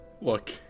Look